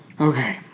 okay